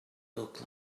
look